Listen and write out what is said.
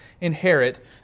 inherit